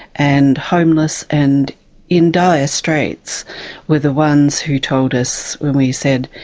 and homeless and in dire straits were the ones who told us, when we said,